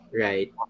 right